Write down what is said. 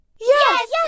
Yes